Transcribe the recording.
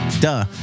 Duh